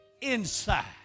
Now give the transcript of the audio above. inside